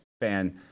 fan